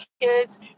kids